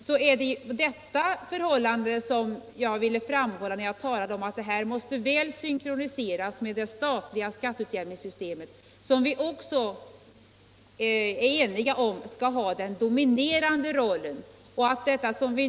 Det var det förhållandet jag ville framhålla när jag talade om att detta förslag måste synkroniseras väl med det statliga skatteutjämningssystemet, som vi även är eniga om skall ha den dominerande 195 rollen. gional skatteutjäm Hingsreform -.